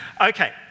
okay